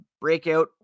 breakout